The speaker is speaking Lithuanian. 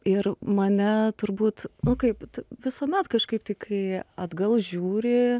ir mane turbūt nu kaip visuomet kažkaip tai kai atgal žiūri